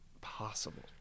possible